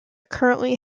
currently